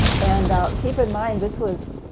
and keep in mind this was.